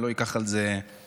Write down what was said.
אני לא אקח על זה בעלות.